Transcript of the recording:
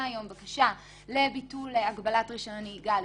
היום בקשה לביטול הגבלת רישיון נהיגה לדוגמה.